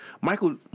Michael